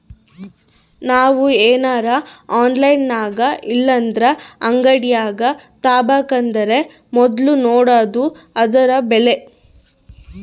ನಾವು ಏನರ ಆನ್ಲೈನಿನಾಗಇಲ್ಲಂದ್ರ ಅಂಗಡ್ಯಾಗ ತಾಬಕಂದರ ಮೊದ್ಲು ನೋಡಾದು ಅದುರ ಬೆಲೆ